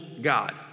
God